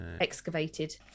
excavated